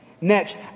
Next